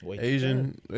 Asian